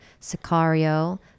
Sicario